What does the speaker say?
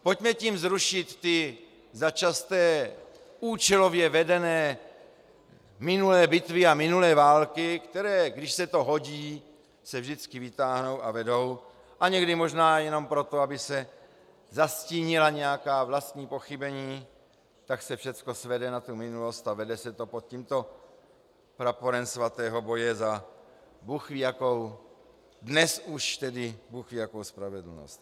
Pojďme tím zrušit ty začasté účelově vedené minulé bitvy a minulé války, které když se to hodí, se vždycky vytáhnou a vedou, a někdy možná jenom proto, aby se zastínila nějaká vlastní pochybení, tak se všecko svede na minulost a vede se to pod tímto praporem svatého boje za bůhvíjakou dnes už tedy bůhvíjakou spravedlnost.